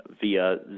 via